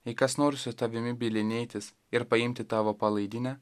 jei kas nors su tavimi bylinėtis ir paimti tavo palaidinę